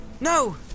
No